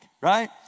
Right